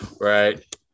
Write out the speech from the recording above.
Right